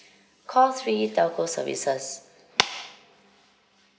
call three telco services